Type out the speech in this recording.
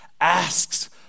asks